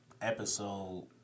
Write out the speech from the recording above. episode